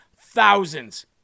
thousands